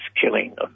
killing